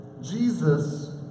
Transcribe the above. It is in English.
Jesus